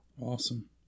awesome